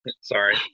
Sorry